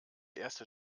erste